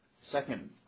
Second